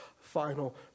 final